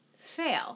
fail